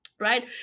right